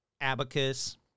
Abacus